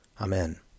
Amen